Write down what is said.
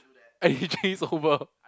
and he chased over